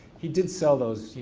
he did sell those, you